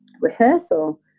rehearsal